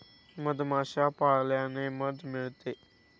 मधमाश्या पाळल्याने मध मिळते